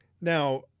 Now